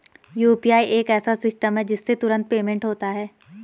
UPI एक ऐसा system है जिससे तुरंत पेमेंट होता है